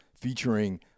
featuring